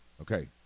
Okay